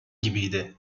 gibiydi